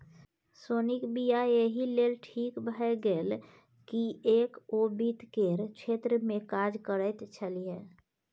सोनीक वियाह एहि लेल ठीक भए गेल किएक ओ वित्त केर क्षेत्रमे काज करैत छलीह